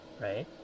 right